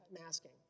masking